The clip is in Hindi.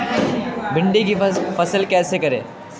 भिंडी की फसल कैसे करें?